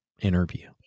interview